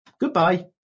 goodbye